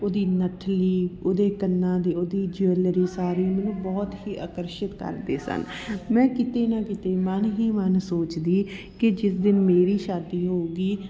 ਓਹਦੀ ਨੱਥਨੀ ਓਹਦੇ ਕੰਨਾਂ ਦੇ ਓਹਦੀ ਜੁਐਲਰੀ ਸਾਰੀ ਨੂੰ ਬਹੁਤ ਹੀ ਆਕਰਸ਼ਿਤ ਕਰਦੇ ਸਨ ਮੈਂ ਕਿਤੇ ਨਾ ਕਿਤੇ ਮਨ ਹੀ ਮਨ ਸੋਚਦੀ ਕਿ ਜਿਸ ਦਿਨ ਮੇਰੀ ਸ਼ਾਦੀ ਹੋਊਗੀ